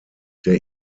der